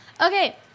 Okay